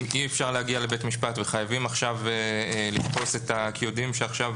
אם אי אפשר להגיע לבית משפט וחייבים עכשיו לתפוס כי יודעים שעכשיו